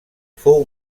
fou